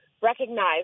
recognize